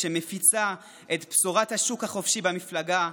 שמפיצה את בשורת השוק החופשי במפלגה,